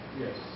Yes